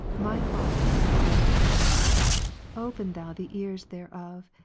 my heart is before thee open thou the ears thereof,